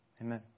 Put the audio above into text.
Amen